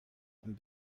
and